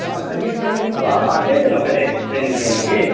हँ कहिए कहिए आप आते थे ना पहले ट्रेनिंग लेने जी